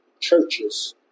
churches